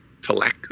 Talak